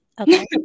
Okay